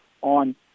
on